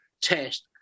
test